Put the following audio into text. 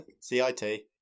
C-I-T